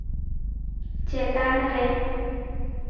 ᱪᱮᱛᱟᱱᱨᱮ